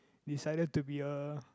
decided to be a